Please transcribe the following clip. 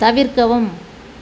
தவிர்க்கவும்